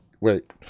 Wait